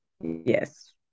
Yes